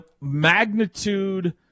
magnitude